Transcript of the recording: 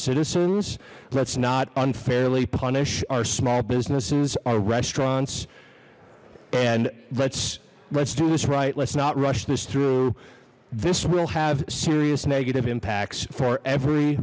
citizens let's not unfairly punished our small businesses our restaurants and let's let's do this right let's not rush this through this will have serious negative impacts for every